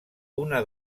una